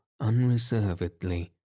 unreservedly